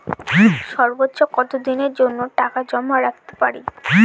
সর্বোচ্চ কত দিনের জন্য টাকা জমা রাখতে পারি?